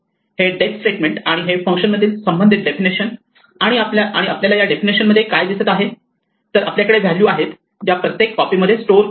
हे def statement आणि हे फंक्शन मधील संबंधित डेफिनेशन आणि आपल्याला या डेफिनेशन मध्ये काय दिसत आहे तर आपल्याकडे व्हॅल्यू आहेत ज्या प्रत्येक कॉपी मध्ये स्टोअर केल्या आहे